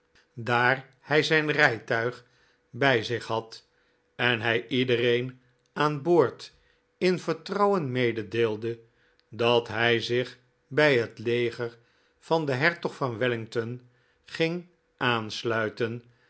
daar hij zijn rijtuig bij zich had en hij iedereen aan boord in vertrouwen mededeelde dat hij zich bij het leger van den hertog van wellington ging aansluiten